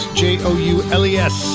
j-o-u-l-e-s